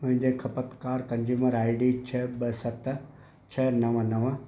मुंहिंजे खपतकार consumer I D छह ॿ सत छह नव नव